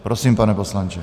Prosím, pane poslanče.